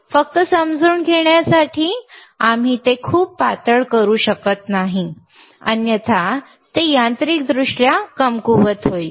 फक्त समजून घेण्यासाठी आम्ही ते खूप पातळ करू शकत नाही अन्यथा ते यांत्रिकदृष्ट्या कमकुवत होईल